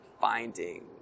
finding